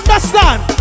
Understand